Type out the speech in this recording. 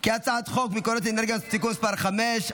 כי הצעת חוק מקורות אנרגיה (תיקון מס' 5),